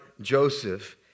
Joseph